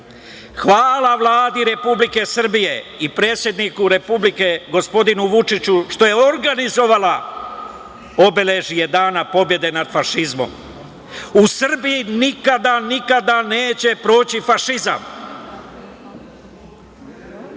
hvala Vladi Republike Srbije i predsedniku Republike, gospodinu Vučiću, što je organizovala obeležje Dana pobede nad fašizmom. U Srbiji nikada neće proći fašizam.